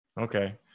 okay